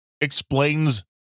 explains